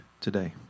today